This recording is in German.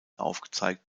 aufgezeigt